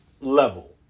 level